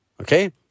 okay